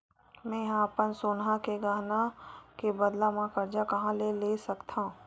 मेंहा अपन सोनहा के गहना के बदला मा कर्जा कहाँ ले सकथव?